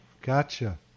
Gotcha